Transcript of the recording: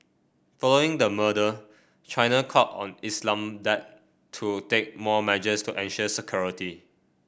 following the murder China called on Islamabad to take more measures to ensure security